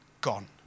Gone